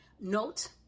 note